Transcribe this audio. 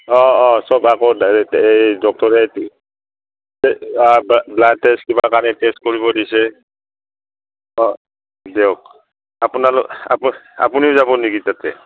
অঁ অঁ চব আকৌ ডাইৰেক্ট এই ডক্টৰে ব্লাড টেষ্ট কিবা কাৰণে টেষ্ট কৰিব দিছে অঁ দিয়ক আপোনালোক আপুনিও যাব নেকি তাতে